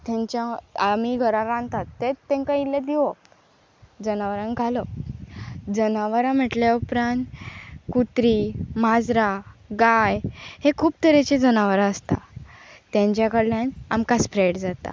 तेंच्या आमी घरां रांदतात तेच तेंकां इल्लें दिवप जनावरांक घालप जनावरां म्हटल्या उपरांत कुत्री माजरां गाय हें खूब तरेचीं जनावरां आसता तेंच्या कडल्यान आमकां स्प्रेड जाता